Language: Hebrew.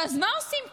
ואז מה עושים פה?